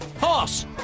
horse